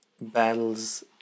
battles